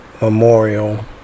memorial